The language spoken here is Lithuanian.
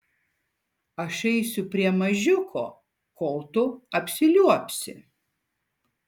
aš eisiu prie mažiuko kol tu apsiliuobsi